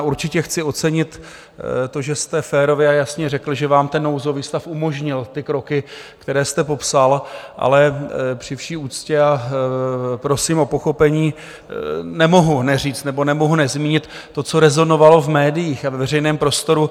Určitě chci ocenit to, že jste férově a jasně řekl, že vám ten nouzový stav umožnil ty kroky, které jste popsal, ale při vší úctě, a prosím o pochopení, nemohu neříct nebo nemohu nezmínit to, co rezonovalo v médiích a ve veřejném prostoru.